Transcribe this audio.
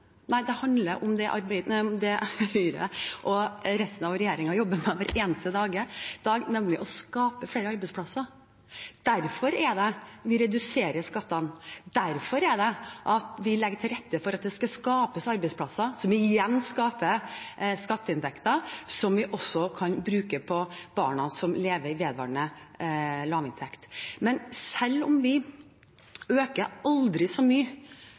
Nei, dette handler om det som Høyre og resten av regjeringen jobber med hver eneste dag, nemlig å skape flere arbeidsplasser. Derfor reduserer vi skattene, derfor legger vi til rette for at det skal skapes arbeidsplasser, noe som igjen skaper skatteinntekter, som vi også kan bruke på barn som lever i vedvarende lavinntektsfamilier. Selv om vi øker prioriteringene på statsbudsjettet til disse familiene og barna aldri så mye,